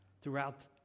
throughout